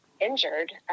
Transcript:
injured